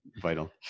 vital